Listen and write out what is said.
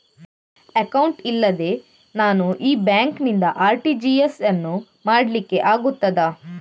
Account ಇಲ್ಲದೆ ನಾನು ಈ ಬ್ಯಾಂಕ್ ನಿಂದ ಆರ್.ಟಿ.ಜಿ.ಎಸ್ ಯನ್ನು ಮಾಡ್ಲಿಕೆ ಆಗುತ್ತದ?